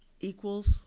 equals